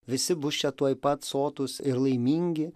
visi bus čia tuoj pat sotūs ir laimingi